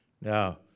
Now